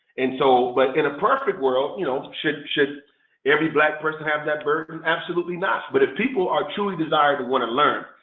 and so like in a perfect world, you know should should every black person have that burden? absolutely not. but if people are truly desiring to want to learn,